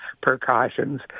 precautions